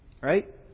Right